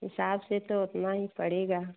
हिसाब से तो उतना ही पड़ेगा